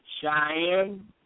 Cheyenne